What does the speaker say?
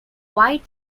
white